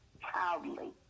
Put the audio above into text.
proudly